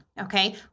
okay